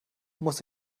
muss